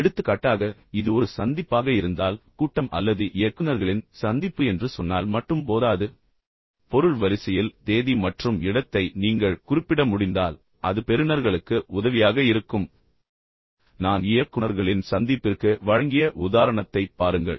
எடுத்துக்காட்டாக இது ஒரு சந்திப்பாக இருந்தால் கூட்டம் அல்லது இயக்குநர்களின் சந்திப்பு என்று சொன்னால் மட்டும் போதாது பொருள் வரிசையில் தேதி மற்றும் இடத்தை நீங்கள் குறிப்பிட முடிந்தால் அது பெறுநர்களுக்கு உதவியாக இருக்கும் நான் இயக்குனர்களின் சந்திப்பிற்கு வழங்கிய உதாரணத்தைப் பாருங்கள்